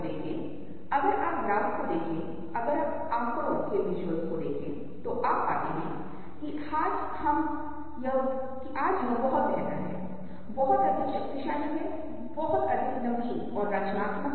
ताकि जैसा कि आप चारों ओर घूमते हैं आप देखते हैं कि संरचना का प्रकार हमारी धारणा को ठीक करता है और एक बड़े या पिगमी बनने के बीच ठीक चलने का भ्रम कुछ ऐसा है जो इस स्पष्ट रूप से जादुई भ्रम घर में बनाया गया है